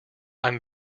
i’m